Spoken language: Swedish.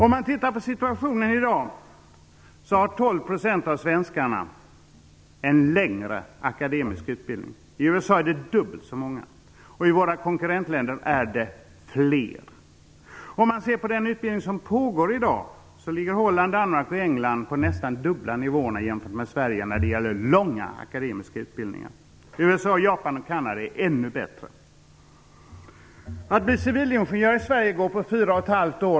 Om man tittar på situationen i dag finner man att 12 % av svenskarna har en längre akademisk utbildning, i USA är de dubbelt så många och i våra konkurrentländer är de fler. Om man ser på den utbildning som pågår i dag ligger Holland, Danmark och England på en nästan dubbelt så hög nivå som Sverige när det gäller långa, akademiska utbildningar. USA, Japan och Kanada ligger ännu högre. Att bli civilingenjör i Sverige tar fyra och ett halvt år.